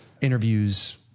interviews